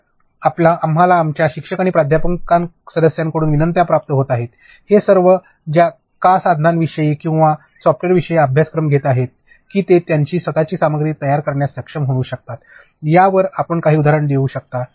तर आम्हाला आमच्या शिक्षक आणि प्राध्यापक सदस्यांकडून विनंत्या प्राप्त होत आहेत जे सर्व का साधनांविषयी किंवा सॉफ्टवेअरविषयी अभ्यासक्रम घेत आहेत की ते त्यांची स्वतःची सामग्री तयार करण्यास सक्षम होऊ शकतात यावर आपण काही उदाहरण देऊ शकता